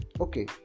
okay